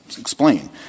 explain